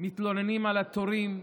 מתלוננים על התורים,